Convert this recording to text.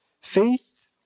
Faith